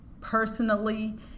personally